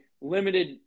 limited